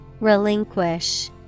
Relinquish